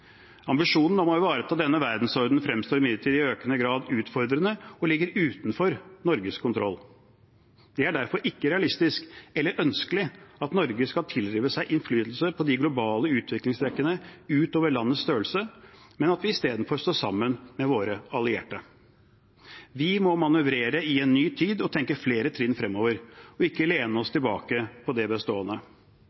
Ambisjonen om å ivareta denne verdensordenen fremstår imidlertid i økende grad utfordrende og ligger utenfor Norges kontroll. Det er derfor ikke realistisk, eller ønskelig, at Norge skal tilrive seg innflytelse på de globale utviklingstrekkene utover landets størrelse, men at vi istedenfor står sammen med våre allierte. Vi må manøvrere i en ny tid og tenke flere trinn fremover og ikke lene oss